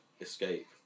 escape